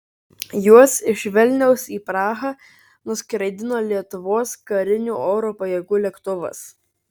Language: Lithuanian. juos iš vilniaus į prahą nuskraidino lietuvos karinių oro pajėgų lėktuvas